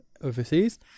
overseas